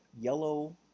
Yellow